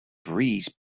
breeze